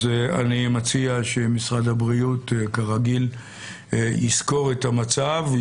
אני מציע שמשרד הבריאות, כרגיל, יסקור את המצב.